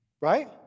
right